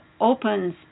opens